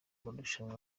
amarushanwa